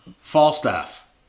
falstaff